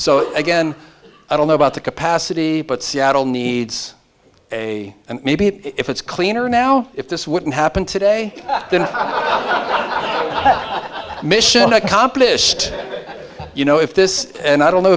so again i don't know about the capacity but seattle needs a and maybe if it's cleaner now if this wouldn't happen today then mission accomplished you know if this and i don't know